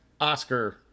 Oscar